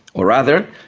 or rather,